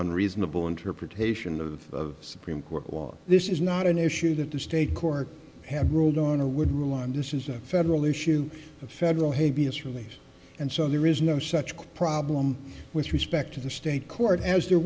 unreasonable interpretation of the supreme court was this is not an issue that the state court had ruled on or would rule on this is a federal issue a federal hate b s really and so there is no such problem with respect to the state court as there